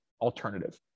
alternative